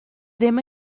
ddim